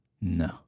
No